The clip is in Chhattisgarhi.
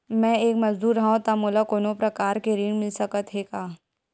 मैं एक मजदूर हंव त मोला कोनो प्रकार के ऋण मिल सकत हे का?